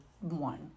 one